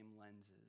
lenses